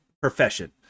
profession